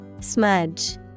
Smudge